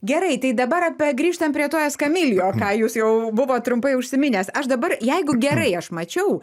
gerai tai dabar apie grįžtant prie to eskamilijo ką jūs jau buvot trumpai užsiminęs aš dabar jeigu gerai aš mačiau